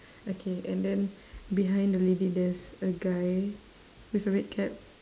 okay and then behind the lady there's a guy with a red cap